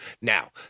Now